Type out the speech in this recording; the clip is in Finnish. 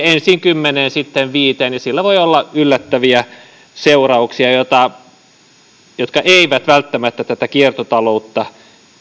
ensin kymmeneen sitten viiteen ja sillä voi olla yllättäviä seurauksia jotka eivät välttämättä tätä kiertotaloutta